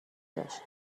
داشت